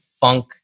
funk